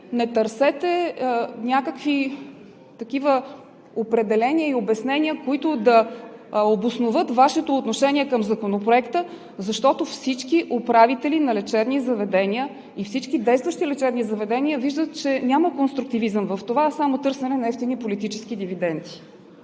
не търсете някакви такива определения и обяснения, които да обосноват Вашето отношение към Законопроекта, защото всички управители на лечебни заведения и всички действащи лечебни заведения виждат, че няма конструктивизъм в това, а само търсене на евтини политически дивиденти.